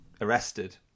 arrested